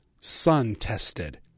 Sun-Tested